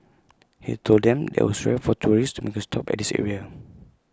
he told them that IT was rare for tourists to make A stop at this area